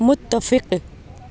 متفق